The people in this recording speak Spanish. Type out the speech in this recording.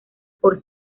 por